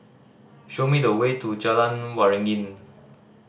show me the way to Jalan Waringin